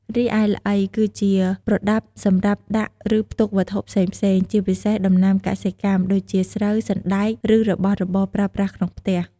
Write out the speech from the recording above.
រីឯ ល្អី គឺជាប្រដាប់សម្រាប់ដាក់ ឬផ្ទុកវត្ថុផ្សេងៗ ជាពិសេសដំណាំកសិកម្ម ដូចជាស្រូវ សណ្ដែក ឬរបស់របរប្រើប្រាស់ក្នុងផ្ទះ។